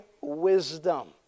wisdom